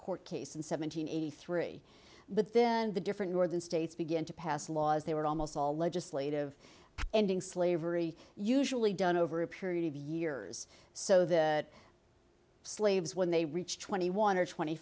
court case in seven hundred eighty three but then the different northern states began to pass laws they were almost all legislative ending slavery usually done over a period of years so that slaves when they reach twenty one or twenty